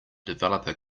developer